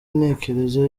intekerezo